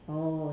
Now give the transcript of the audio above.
oh